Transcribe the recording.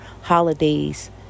holidays